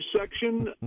section